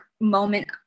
moment